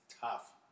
tough